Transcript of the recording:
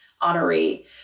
honoree